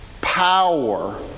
power